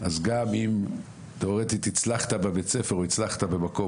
אז גם אם באופן תיאורטי הצלחת בבית הספר או הצלחת במקום